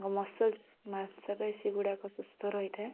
ଆଉ ମସଲସ୍ ମାଂସପେଶୀ ଗୁଡ଼ାକ ସୁସ୍ଥ ରହିଥାଏ